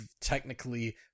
technically